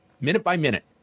minute-by-minute